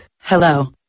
Hello